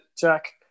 Jack